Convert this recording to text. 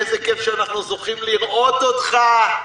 איזה כיף שאנחנו זוכים לראות אותך.